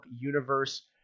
universe